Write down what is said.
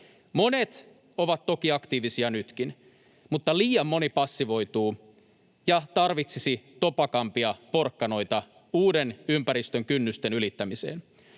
Monet ovat toki aktiivisia nytkin, mutta liian moni passivoituu ja tarvitsisi topakampia porkkanoita uuden ympäristön kynnysten ylittämiseen.